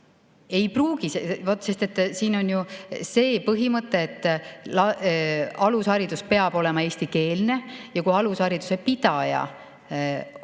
Ei pruugi. Vaat siin on ju see põhimõte, et alusharidus peab olema eestikeelne. Ja kui alushariduse asutuse